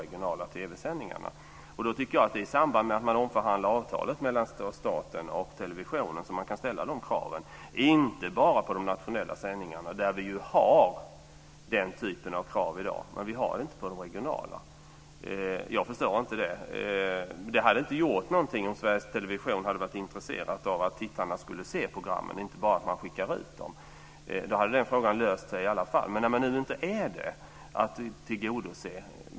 Jag tycker att det är i samband med att man omförhandlar avtalet mellan staten och televisionen som man kan ställa de kraven, och inte bara på de nationella sändningarna. Där har vi ju den typen av krav i dag, men vi har det inte på de regionala. Jag förstår inte det. Det hade inte gjort något om Sveriges Television hade varit intresserat av att tittarna skulle se programmen och inte bara skickat ut dem. Då hade den frågan löst sig i alla fall. Men nu är man inte det.